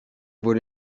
wurde